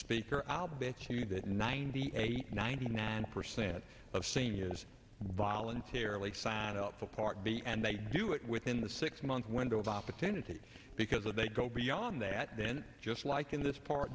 speaker i'll bet you that ninety eight ninety nine percent of seniors voluntarily signed up for part b and they do it within the six month window of opportunity because if they go beyond that then just like in this part